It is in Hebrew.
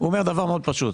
הוא אומר דבר מאוד פשוט,